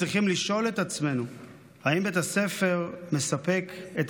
צריכים לשאול את עצמנו אם בית הספר מספק את